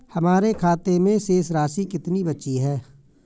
हमारे खाते में शेष राशि कितनी बची है?